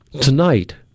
tonight